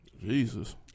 Jesus